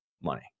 money